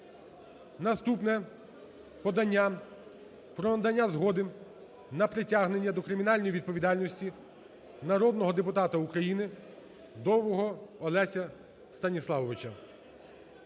про надання згоди на притягнення до кримінальної відповідальності народного депутата України Довгого Олеся Станіславовича.